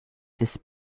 this